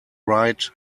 right